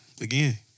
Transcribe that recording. Again